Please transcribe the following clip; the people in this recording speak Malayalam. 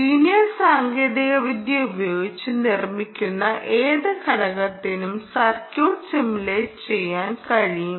ലീനിയർ സാങ്കേതികവിദ്യ ഉപയോഗിച്ച് നിർമ്മിക്കുന്ന ഏത് ഘടകത്തിനും സർക്യൂട്ട് സിമുലേറ്റ് ചെയ്യാൻ കഴിയും